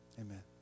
Amen